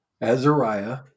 Azariah